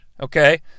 Okay